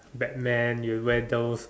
Batman you wear those